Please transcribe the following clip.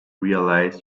realize